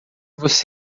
você